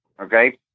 okay